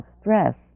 stress